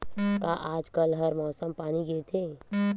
का आज कल हर मौसम पानी गिरथे?